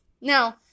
Now